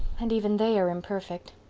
and even they are imperfect.